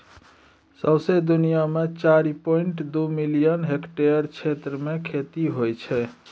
सौंसे दुनियाँ मे चारि पांइट दु मिलियन हेक्टेयर क्षेत्र मे खेती होइ छै